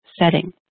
setting